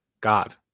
God